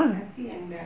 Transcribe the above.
nasi yang dah